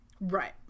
Right